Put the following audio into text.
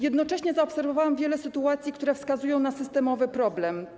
Jednocześnie zaobserwowałam wiele sytuacji, które wskazują na systemowy problem.